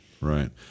Right